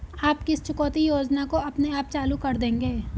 आप किस चुकौती योजना को अपने आप चालू कर देंगे?